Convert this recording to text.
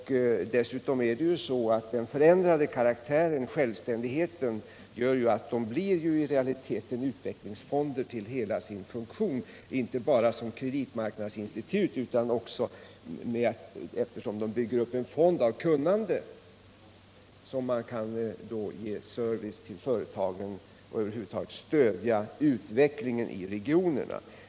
De mindre och Dessutom gör den förändrade karaktären — självständigheten — att de medelstora i realiteten blir utvecklingsfonder till hela sin funktion. De kommer inte = företagens utvecklängre att vara bara kreditmarknadsinstitut, utan de representerar också = ling, m.m. en fond av kunnande som gör att de kan ge service till företagen och över huvud taget stödja utvecklingen i regionerna.